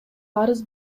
арыз